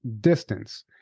distance